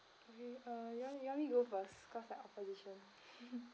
uh you you want me to go first cause I'm opposition